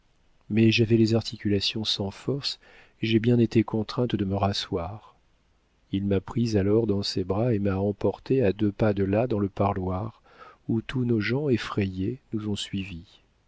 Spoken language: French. mais j'avais les articulations sans force et j'ai bien été contrainte de me rasseoir il m'a prise alors dans ses bras et m'a emportée à deux pas de là dans le parloir où tous nos gens effrayés nous ont suivis